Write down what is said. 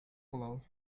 blow